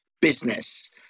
business